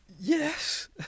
Yes